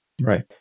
Right